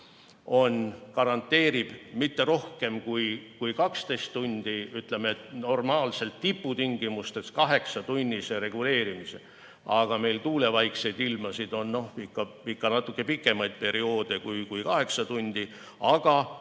garanteerib kõige rohkem 12‑tunnise, aga normaalselt tipu tingimustes 8‑tunnise reguleerimise. Ent meil tuulevaiksed ilmasid on ikka natuke pikemaid perioode kui kaheksa tundi. Aga